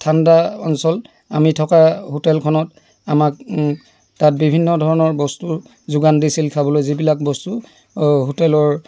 ঠাণ্ডা অঞ্চল আমি থকা হোটেলখনত আমাক তাত বিভিন্ন ধৰণৰ বস্তু যোগান দিছিল খাবলৈ যিবিলাক বস্তু হোটেলৰ